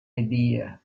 idea